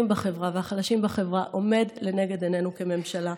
והחלשים בחברה עומד לנגד עינינו כממשלה.